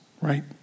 right